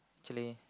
actually